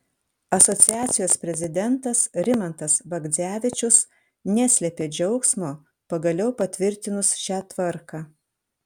asociacijos prezidentas rimantas bagdzevičius neslėpė džiaugsmo pagaliau patvirtinus šią tvarką